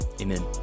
Amen